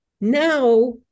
now